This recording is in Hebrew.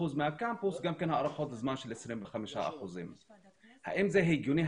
מהקמפוס גם כן הארכות זמן של 25%. האם זה הגיוני,